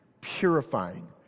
purifying